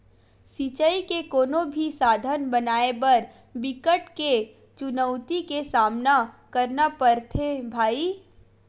सिचई के कोनो भी साधन बनाए बर बिकट के चुनउती के सामना करना परथे भइर